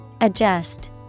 Adjust